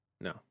no